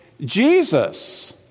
Jesus